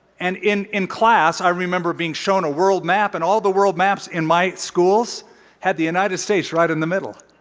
and in in class, i remember being shown a world map, and all the world maps in my schools had the united states right in the middle.